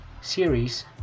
series